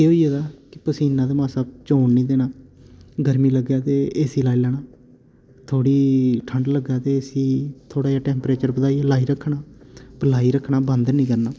केह् होई गेदा पसीना ते मासा चोन नि देना गर्मी लग्गै ते एसी लाई लैना थोह्ड़ी ठण्ड लग्गै ते एसी थोह्ड़ा देआ टैम्परेचर बधाइयै लाई रक्खना वा लाई रक्खना बंद हैनी करना